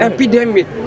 Epidemic